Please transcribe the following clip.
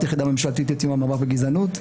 יחידה ממשלתית לתיאום המאבק בגזענות.